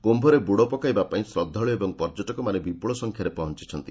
କ୍ରୁମ୍ଭରେ ବୁଡ଼ ପକାଇବା ପାଇଁ ଶ୍ରଦ୍ଧାଳୁ ଓ ପର୍ଯ୍ୟଟକମାନେ ବିପୁଳ ସଂଖ୍ୟାରେ ପହଞ୍ଚ ୍ଚନ୍ତି